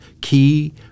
key